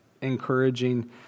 encouraging